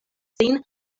sin